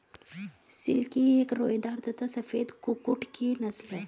silkie एक रोएदार तथा सफेद कुक्कुट की नस्ल है